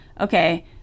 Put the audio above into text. okay